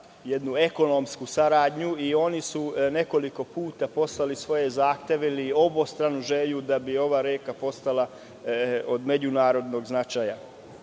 jednu ekonomsku saradnju. One su nekoliko puta poslali svoje zahteve jer imaju obostranu želju da ova reka postane od međunarodnog značaja.U